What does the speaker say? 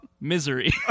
Misery